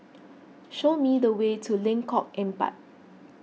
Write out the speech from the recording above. show me the way to Lengkok Empat